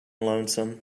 lonesome